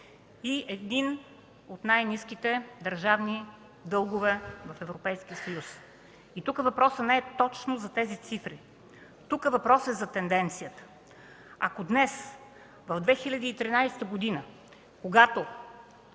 с един от най-ниските държавни дългове в Европейския съюз. Тук въпросът не е точно за тези цифри. Тук въпросът е за тенденцията. Ако днес, в 2013 г., когато